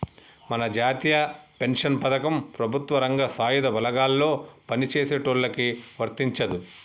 మన జాతీయ పెన్షన్ పథకం ప్రభుత్వ రంగం సాయుధ బలగాల్లో పని చేసేటోళ్ళకి వర్తించదు